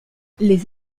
les